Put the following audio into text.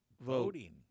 Voting